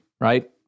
right